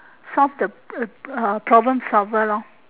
solve the prob~ problem solver lor